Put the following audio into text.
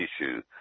issue